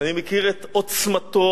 אני מכיר את עוצמתו,